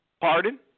Pardon